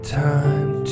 time